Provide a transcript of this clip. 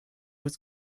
was